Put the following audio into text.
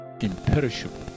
imperishable